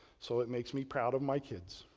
so it makes me proud of my kids.